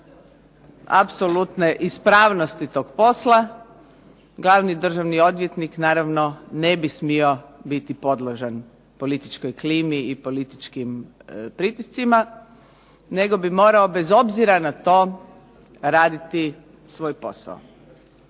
apsolutne ispravnosti tog posla glavni državni odvjetnik naravno ne bi smio biti podložan političkoj klimi i političkim pritiscima nego bi morao bez obzira na to raditi svoj posao.